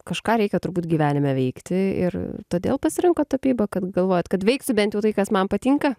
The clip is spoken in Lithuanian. kažką reikia turbūt gyvenime veikti ir todėl pasirinkot tapybą kad galvojat kad veiksiu bent jau tai kas man patinka